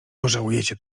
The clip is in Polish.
pożałujecie